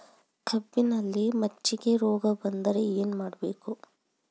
ಕಬ್ಬಿನಲ್ಲಿ ಮಜ್ಜಿಗೆ ರೋಗ ಬಂದರೆ ಏನು ಮಾಡಬೇಕು?